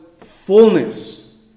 fullness